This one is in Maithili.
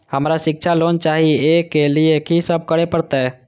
हमरा शिक्षा लोन चाही ऐ के लिए की सब करे परतै?